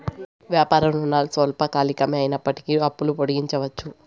వ్యాపార రుణాలు స్వల్పకాలికమే అయినప్పటికీ అప్పులు పొడిగించవచ్చు